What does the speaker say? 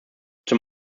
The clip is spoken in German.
zum